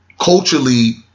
Culturally